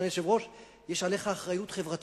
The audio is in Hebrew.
אדוני היושב-ראש, יש עליך אחריות חברתית,